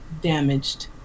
Damaged